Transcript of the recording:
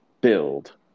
Build